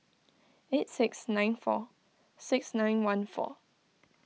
eight six nine four six nine one four